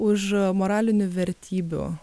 už moralinių vertybių